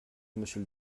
monsieur